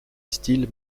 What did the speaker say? style